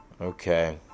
Okay